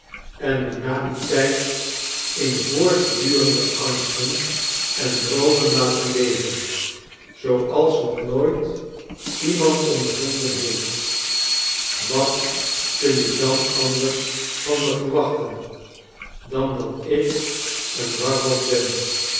en me na dien tijd in voortdurende angsten en droomen laten leven zooals nog nooit iemand ondervonden heeft wat kun je dan anders van me verwachten dan dat ik een warhoofd ben